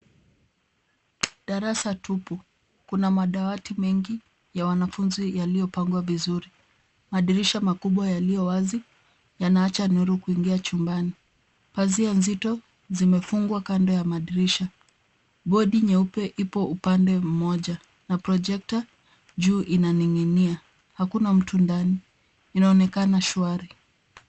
Darasa tupu. Kuna madawati mengi ya wanafunzi yaliyopangwa vizuri. Madirisha makubwa yaliyowazi yanaacha nuru kuingia chumbani. Pazia nzito zimefungwa kando ya madirisha. Bodi nyeupe ipo upande moja na projector juu inaning'inia. Hakuna mtu ndani. Inaonekana shwari.